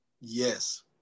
Yes